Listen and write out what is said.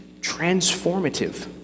transformative